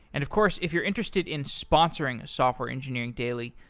and of course, if you're interested in sponsoring software engineering daily,